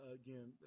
again